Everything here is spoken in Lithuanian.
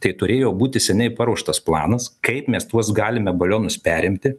tai turėjo būti seniai paruoštas planas kaip mes tuos galime balionus perimti